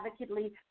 advocately